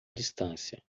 distância